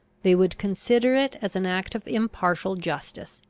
they would consider it as an act of impartial justice,